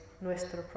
nuestro